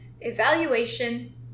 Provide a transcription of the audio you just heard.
Evaluation